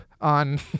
on